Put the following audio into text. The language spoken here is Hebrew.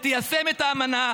תיישם את האמנה,